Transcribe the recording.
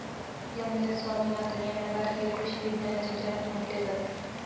M S Swaminathan यांना भारतीय कृषी विज्ञानाचे जनक म्हटले जाते